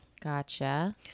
gotcha